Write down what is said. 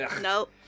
Nope